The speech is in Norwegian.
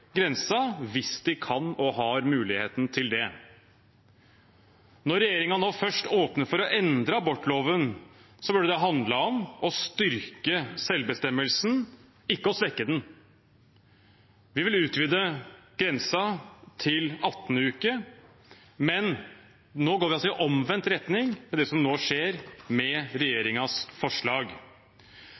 hvis de kan og har muligheten til det. Når regjeringen nå først åpner for å endre abortloven, burde det handlet om å styrke selvbestemmelsen, ikke om å svekke den. Vi vil utvide grensen til uke 18, men nå, med det som skjer med regjeringens forslag,